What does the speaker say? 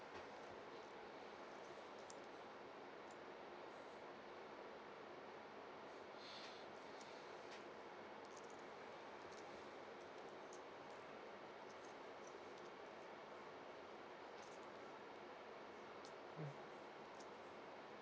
mm